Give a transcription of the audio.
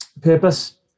purpose